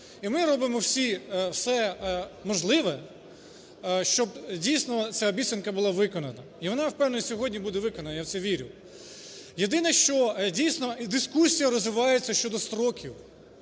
І ми робимо всі все можливе, щоб дійсно ця обіцянка була виконана. І вона, я впевнений, сьогодні буде виконана, я в це вірю. Єдине, що дійсно дискусія розвивається щодо строків,